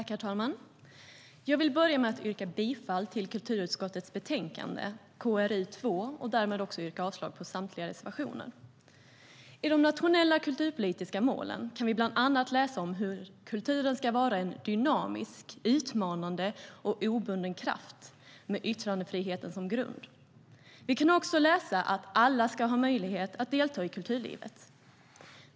Herr talman! Jag vill börja med att yrka bifall till kulturutskottets förslag i betänkande KrU2 och därmed avslag på samtliga reservationer.I de nationella kulturpolitiska målen kan vi bland annat läsa om hur kulturen ska vara en dynamisk, utmanande och obunden kraft med yttrandefriheten som grund. Vi kan också läsa att alla ska ha möjlighet att delta i kulturlivet.